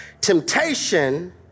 Temptation